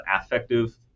affective